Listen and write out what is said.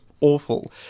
awful